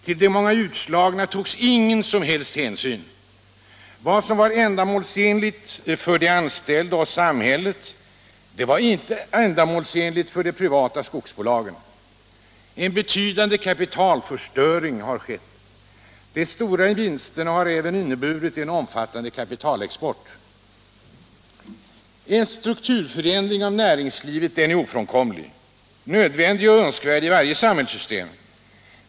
Till de många utslagna togs ingen hänsyn. Vad som var ändamålsenligt för de anställda och samhället var inte ändamålsenligt för de privata skogsbolagen. En betydande kapitalförstöring har skett. De stora vinsterna har även inneburit en omfattande kapitalexport. En strukturomvandling av näringslivet är ofrånkomlig, nödvändig och önskvärd i varje samhällssystem.